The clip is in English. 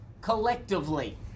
collectively